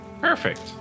Perfect